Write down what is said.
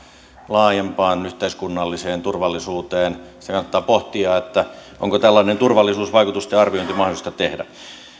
laajempaan yhteiskunnalliseen turvallisuuteen sitä kannattaa pohtia onko tällainen turvallisuusvaikutusten arviointi mahdollista tehdä